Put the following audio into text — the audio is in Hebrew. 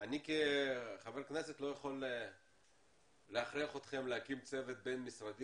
אני כחבר כנסת לא יכול להכריח אתכם להקים צוות בין-משרדי